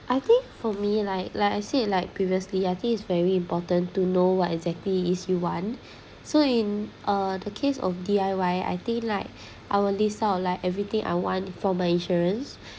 I think for me like like I said like previously I think it's very important to know what exactly is you want so in uh the case of D_I_Y I think like I'll list out like everything I want for my insurance